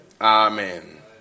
Amen